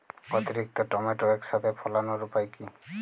অতিরিক্ত টমেটো একসাথে ফলানোর উপায় কী?